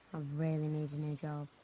ah really need a new job.